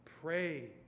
Pray